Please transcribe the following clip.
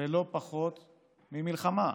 בלא פחות ממלחמה,